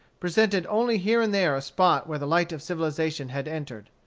presented only here and there a spot where the light of civilization had entered.